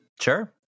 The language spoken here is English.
Sure